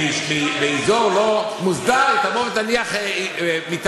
ובאזור לא מוסדר היא תבוא ותניח מטעמה.